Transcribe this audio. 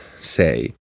say